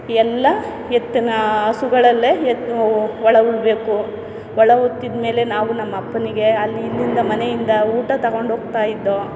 ಎಲ್ಲ ಎತ್ತನ್ನ ಹಸುಗಳಲ್ಲೆ ಎತ್ತು ಒಳ ಉಳಬೇಕು ಒಳ ಉತ್ತಿದ್ಮೇಲೆ ನಾವು ನಮ್ಮ ಅಪ್ಪನಿಗೆ ಅಲ್ಲಿ ಇಲ್ಲಿಂದ ಮನೆಯಿಂದ ಊಟ ತಗೊಂಡು ಹೋಗ್ತಾಯಿದ್ದೋ